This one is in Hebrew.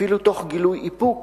אפילו תוך גילוי איפוק,